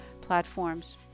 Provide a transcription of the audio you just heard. platforms